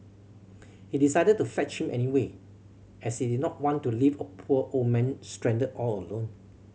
he decided to fetch him anyway as he did not want to leave a poor old man stranded all alone